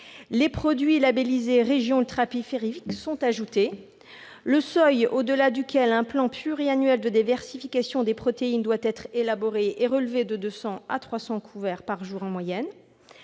Les produits labellisés « régions ultrapériphériques » sont ajoutés. Le seuil au-delà duquel un plan pluriannuel de diversification des protéines doit être élaboré est relevé de deux cents à trois cents couverts par jour en moyenne.